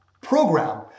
program